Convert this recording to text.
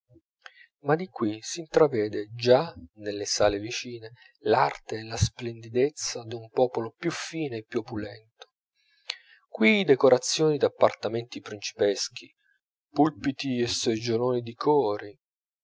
ma di qui s'intravvede già nelle sale vicine l'arte e la splendidezza d'un popolo più fine e più opulento qui decorazioni d'appartamenti principeschi pulpiti e seggioloni di cori